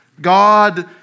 God